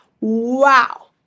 Wow